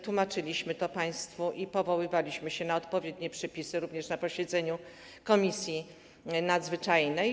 Tłumaczyliśmy to państwu i powoływaliśmy się na odpowiednie przepisy, również na posiedzeniu Komisji Nadzwyczajnej.